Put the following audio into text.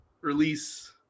release